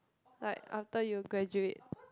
like after you graduate